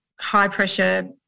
high-pressure